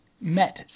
Met